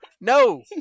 No